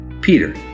Peter